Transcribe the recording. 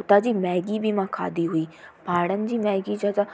हुतां जी मैगी बि मां खादी हुई पाहाड़नि जी मैगी जा जा